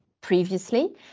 previously